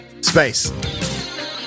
Space